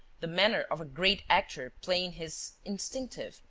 the manner of a great actor playing his instinctive,